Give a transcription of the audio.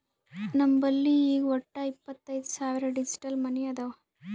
ನಮ್ ಬಲ್ಲಿ ಈಗ್ ವಟ್ಟ ಇಪ್ಪತೈದ್ ಸಾವಿರ್ ಡಿಜಿಟಲ್ ಮನಿ ಅವಾ